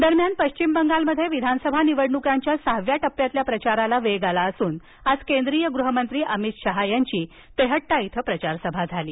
शहा दरम्यान पश्चिम बंगालमध्ये विधानसभा निवडणुकांच्या पुढील सहाव्या टप्प्यातील प्रचाराला वेग आला असून आज केंद्रीय गृहमंत्री अमित शहा यांची तेहट्टा इथं प्रचारसभा पार पडली